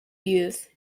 use